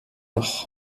noch